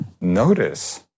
Notice